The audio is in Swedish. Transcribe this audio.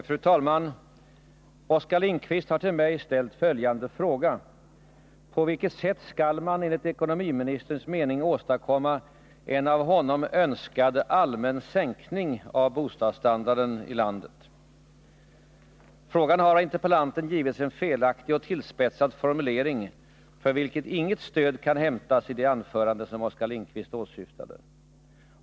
Fru talman! Oskar Lindkvist har till mig ställt följande fråga: ”På vilket sätt skall man, enligt ekonomiministerns mening, åstadkomma en av honom önskad allmän sänkning av bostadsstandarden i landet?” Frågan har av interpellanten givits en felaktig och tillspetsad formulering för vilken inget stöd kan hämtas i det anförande som Oskar Lindkvist åsyftar.